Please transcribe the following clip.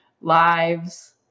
lives